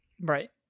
Right